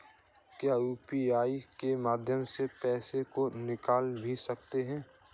क्या यू.पी.आई के माध्यम से पैसे को निकाल भी सकते हैं?